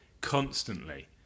constantly